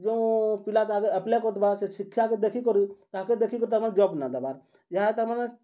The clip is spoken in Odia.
ଯୋଉ ପିଲା ତ ଆଗେ ଆପ୍ଲାଏ କରିଥିବା ସେ ଶିକ୍ଷାକେ ଦେଖିକରି ତାହାକେ ଦେଖିକରି ତାମାନେ ଜବ୍ ନାଏ ଦେବାର୍ ଇହାଦେ ତାମାନେ